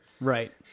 Right